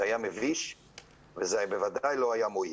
זה היה מביש ובוודאי לא מועיל.